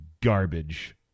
garbage